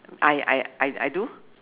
I I I I do